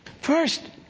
First